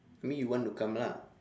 you mean you want to come lah